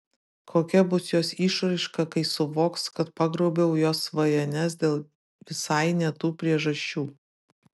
kokia bus jos išraiška kai suvoks kad pagrobiau jos svajones dėl visai ne tų priežasčių